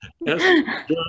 yes